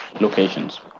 locations